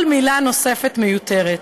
כל מילה נוספת מיותרת.